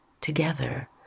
together